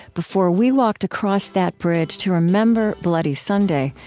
before we walked across that bridge to remember bloody sunday,